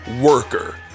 worker